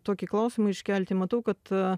tokį klausimą iškelti matau kad